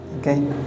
Okay